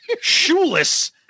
shoeless